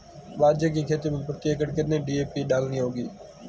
बाजरे की खेती में प्रति एकड़ कितनी डी.ए.पी डालनी होगी?